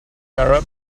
arab